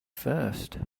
first